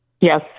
Yes